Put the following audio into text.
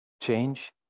Change